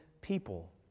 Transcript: people